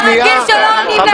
אתה רגיל שלא עונים לך.